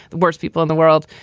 the worst people in the world.